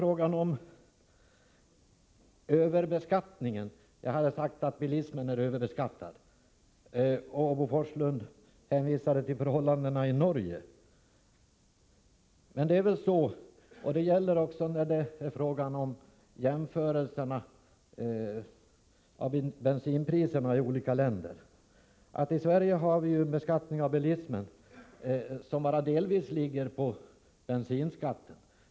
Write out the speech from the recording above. Jag sade tidigare att bilismen är överbeskattad, och Bo Forslund hänvisade därför till förhållandena i Norge. Men det är ju så — det gäller även jämförelser mellan bensinpriserna i olika länder — att den beskattning av bilismen som vi har i Sverige bara delvis grundas på bensinskatten.